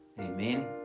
amen